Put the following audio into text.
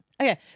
Okay